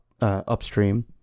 upstream